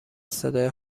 صدای